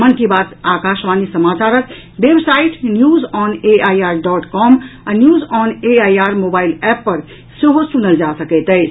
मन की बात आकाशवाणी समाचारक website news on AIR dot com आ न्यूजऑनएआईआर मोबाईल एप पर सेहो सुनल जा सकैत अछि